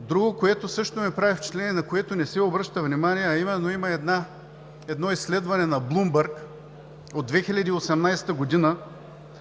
Друго, което също ми прави впечатление, на което не се обръща внимание. Има едно изследване на „Блумбърг“ от 2018 г.,